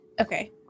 okay